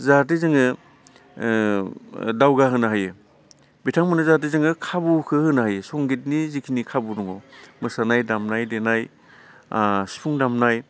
जाहाथे जोङो दावगा होनो हायो बिथांमोननो जाहाथे खाबुखो होनो हायो संगितनि जिखिनि खाबु दङ मोसानाय दामनाय देनाय सिफुं दामनाय